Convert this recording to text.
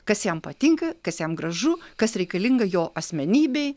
kas jam patinka kas jam gražu kas reikalinga jo asmenybei